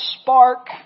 spark